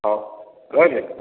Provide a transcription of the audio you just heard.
ହଉ ରହିଲି